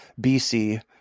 BC